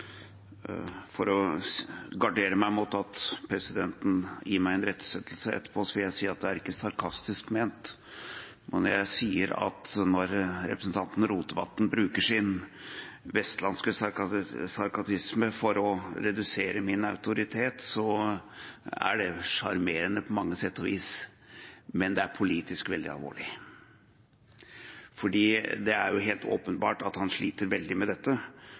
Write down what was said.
For å gardere meg mot at presidenten gir meg en irettesettelse etterpå, vil jeg si at det er ikke sarkastisk ment når jeg sier at når representanten Rotevatn bruker sin vestlandske sarkasme for å redusere min autoritet, er det sjarmerende på mange sett og vis – men det er politisk veldig alvorlig. Det er helt åpenbart at han sliter veldig med dette,